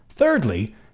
Thirdly